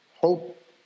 Hope